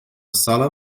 sala